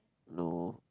no